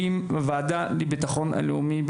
עם הוועדה לביטחון לאומי,